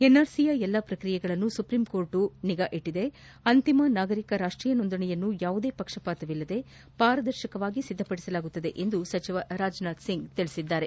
ಎನ್ಆರ್ಸಿಯ ಎಲ್ಲಾ ಪ್ರಕ್ರಿಯೆಗಳನ್ನು supreme court ನಿಗಾ ವಹಿಸಲಿದೆ ಅಂತಿಮ ನಾಗರಿಕ ರಾಷ್ಷೀಯ ನೋಂದಣೆಯನ್ನು ಯಾವುದೇ ಪಕ್ಷಪಾತವಿಲ್ಲದೇ ಪಾರದರ್ಶಕವಾಗಿ ಸಿದ್ದಪಡಿಸಲಾಗುವುದು ಎಂದು ರಾಜನಾಥ್ಸಿಂಗ್ ಹೇಳಿದರು